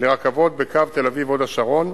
לרכבות בקו תל-אביב הוד-השרון,